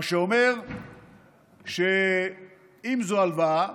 מה שאומר שאם זו הלוואה,